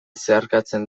zeharkatzen